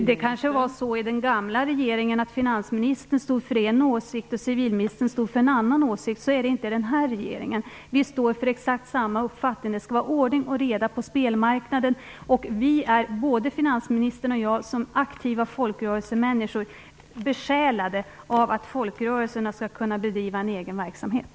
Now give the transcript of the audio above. Fru talman! Det var kanske så i den gamla regeringen att finansministern stod för en åsikt och civilministern för en annan. Så är det inte i den här regeringen. Vi står för exakt samma uppfattning. Det skall vara ordning och reda på spelmarknaden. Både finansministern och jag är aktiva folkrörelsemänniskor. Vi är besjälade av att folkrörelserna skall kunna bedriva en egen verksamhet.